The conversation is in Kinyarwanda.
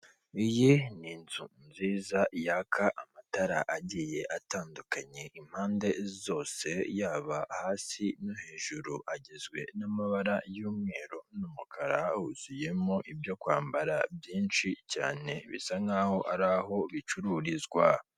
Iyi ni inzu nziza yaka amatara agiye atandukanye impande zose yaba hasi no hejuru agizwe n'amabara y'umweru n'umukara, Huzuyemo ibyo kwambara byinshi cyane bisa nkaho ari aho bicururizwa.